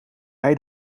hij